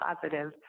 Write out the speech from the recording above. positive